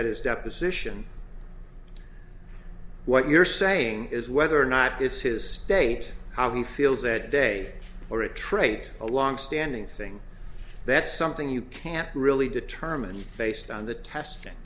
at his deposition what you're saying is whether or not it's his state how he feels that day or a trade a longstanding thing that's something you can't really determine based on the testing